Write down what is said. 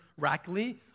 Rackley